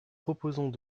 proposons